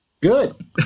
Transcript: Good